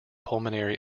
pulmonary